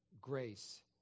grace